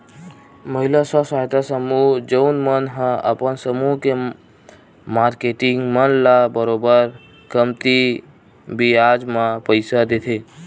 महिला स्व सहायता समूह जउन मन ह अपन समूह के मारकेटिंग मन ल बरोबर कमती बियाज म पइसा देथे